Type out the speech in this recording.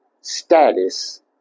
status